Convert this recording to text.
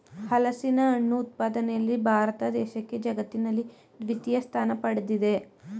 ಹಲಸಿನಹಣ್ಣು ಉತ್ಪಾದನೆಯಲ್ಲಿ ಭಾರತ ದೇಶಕ್ಕೆ ಜಗತ್ತಿನಲ್ಲಿ ದ್ವಿತೀಯ ಸ್ಥಾನ ಪಡ್ದಿದೆ